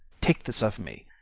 take this of me,